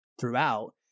throughout